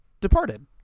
Departed